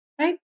Right